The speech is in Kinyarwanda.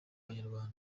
abanyarwanda